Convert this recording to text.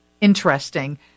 Interesting